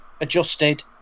adjusted